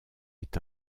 est